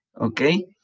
Okay